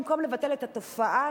במקום לבטל את התופעה,